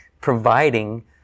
providing